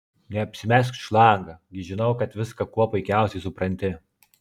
neapsimesk šlanga gi žinau kad viską kuo puikiausiai supranti